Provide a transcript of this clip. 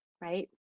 right